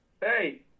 Hey